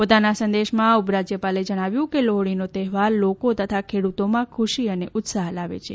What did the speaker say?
પોતાના સંદેશમાં ઉપરાજ્યપાલે જણાવ્યું કે લોહડીનો તહેવાર લોકો તથા ખેડૂતોમાં ખુશી અને ઉત્સાહ લાવે છે